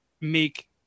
make